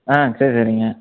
ஆ sir சரிங்க